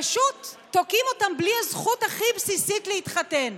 פשוט תוקעים אותם בלי הזכות הכי בסיסית להתחתן.